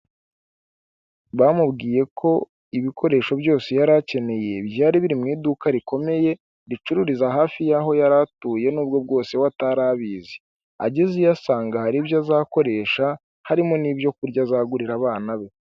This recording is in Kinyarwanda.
Bamubwiye ko ibikoresho byose yari akeneye byari biri mu iduka rikomeye ricururiza hafi y'aho yari atuye n'ubwo bwose we atari abizi, ageze iyo asanga hari ibyo azakoresha harimo n'ibyo kurya azagurira abana be.